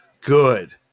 good